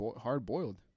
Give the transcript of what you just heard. hard-boiled